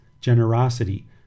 generosity